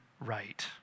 right